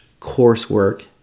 coursework